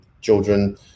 children